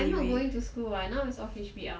but I'm not going to school [what] now is all H_B_L